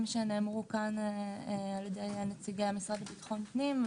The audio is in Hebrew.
שנאמרו על-ידי נציגי המשרד לביטחון פנים,